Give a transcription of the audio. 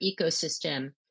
ecosystem